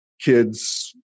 kids